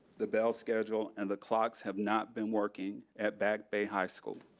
the bell schedule, and the clocks have not been working at backbay high school.